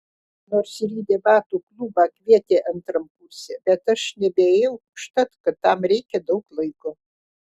nors ir į debatų klubą kvietė antram kurse bet aš nebeėjau užtat kad tam reikia daug laiko